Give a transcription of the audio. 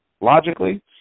logically